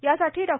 यासाठी डॉ